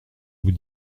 vous